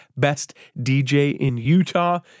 bestdjinutah